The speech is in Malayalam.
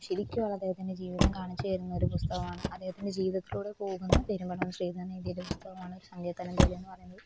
ശരിക്കുമുള്ള അദ്ദേഹത്തിൻ്റെ ജീവിതം കാണിച്ചുതരുന്നൊരു പുസ്തകമാണ് അദ്ദേഹത്തിൻ്റെ ജീവിതത്തിലൂടെ പോകുന്ന പെരുമ്പടവം ശ്രീധരൻ എഴുതിയൊരു പുസ്തകമാണ് ഒരു സങ്കീർത്തനം പോലെയെന്ന് പറയുന്നത്